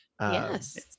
Yes